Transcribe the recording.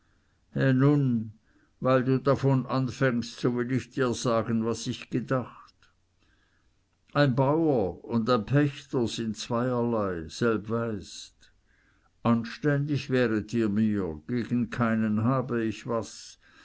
nun weil du davon anfängst so will ich dir sagen was ich gedacht ein bauer und ein pächter sind zweierlei selb weißt anständig wäret ihr mir gegen keinen habe ich was